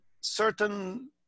certain